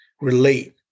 relate